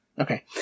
Okay